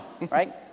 right